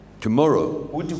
tomorrow